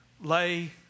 lay